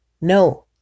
No